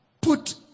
put